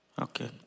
Okay